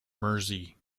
mersey